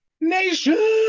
Nation